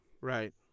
right